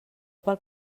pel